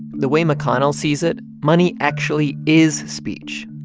the way mcconnell sees it, money actually is speech.